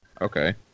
Okay